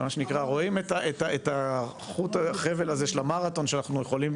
מה שנקרא רואים את החבל הזה של המרתון שאנחנו יכולים